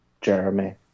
jeremy